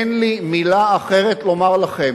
אין לי מלה אחרת לומר לכם.